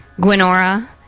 Gwenora